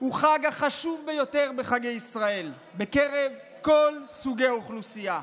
הוא החג החשוב ביותר בחגי ישראל בקרב כל סוגי האוכלוסייה.